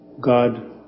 God